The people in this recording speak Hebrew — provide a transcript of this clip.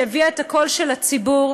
שהביאה את הקול של הציבור,